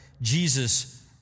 Jesus